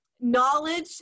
knowledge